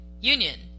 Union